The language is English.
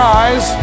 eyes